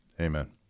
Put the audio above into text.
amen